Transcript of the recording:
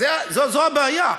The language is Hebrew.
זו הבעיה.